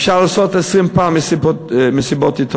אפשר לעשות עשרים פעם מסיבות עיתונאים.